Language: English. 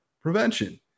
prevention